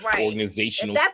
organizational